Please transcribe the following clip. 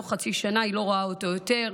בתוך חצי שנה היא לא רואה אותו יותר,